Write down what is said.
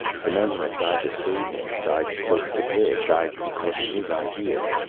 the men who had died to save him, died so he could live, died because of his ideas.